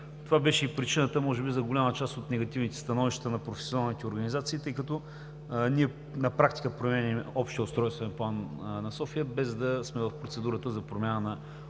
Това беше причината за голяма част от негативните становища на професионалните организации, тъй като ние на практика променяме Общия устройствен план на София, без да сме в процедурата за промяна,